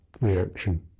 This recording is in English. reaction